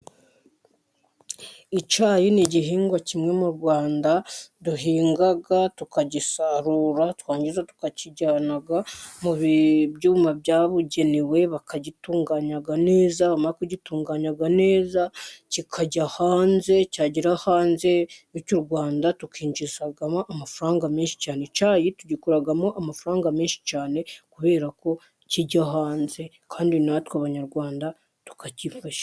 Icyayi ni igihingwa kimwe mu Rwanda duhinga tukagisarura, twarangiza tukakijyana mu byuma byabugenewe bakagitunganya neza, bamara kugitunganya neza kikajya hanze, cyagera hanze bityo u Rwanda tukinjizamo amafaranga menshi cyane, icyayi tugikuramo amafaranga menshi cyane, kubera ko kijya hanze kandi natwe abanyarwanda tukakifasha